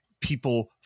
people